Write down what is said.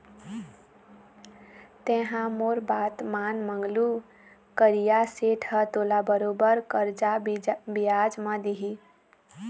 तेंहा मोर बात मान मंगलू करिया सेठ ह तोला बरोबर करजा बियाज म दिही